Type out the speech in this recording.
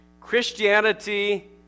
Christianity